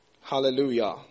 Hallelujah